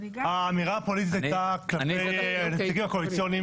האמירה הפוליטית הייתה כלפי הנציגים הקואליציוניים